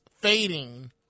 fading